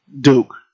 Duke